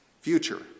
future